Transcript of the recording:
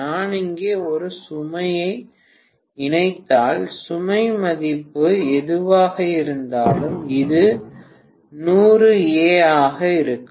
நான் இங்கே ஒரு சுமையை இணைத்தால் சுமை மதிப்பு எதுவாக இருந்தாலும் இது 100A ஆக இருக்கும்